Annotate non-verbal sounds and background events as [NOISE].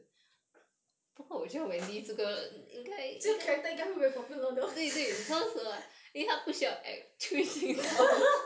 这个 character 应该会被 popular 的 [LAUGHS]